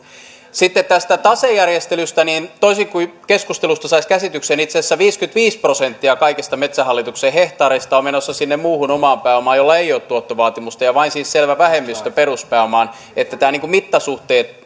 sitten tästä tasejärjestelystä toisin kuin keskustelusta saisi käsityksen itse asiassa viisikymmentäviisi prosenttia kaikista metsähallituksen hehtaareista on menossa sinne muuhun omaan pääomaan jolla ei ole tuottovaatimusta ja vain siis selvä vähemmistö peruspääomaan että nämä mittasuhteet